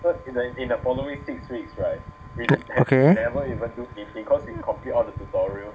mm okay